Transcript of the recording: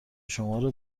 شمارو